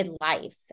life